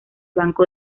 banco